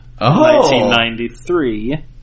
1993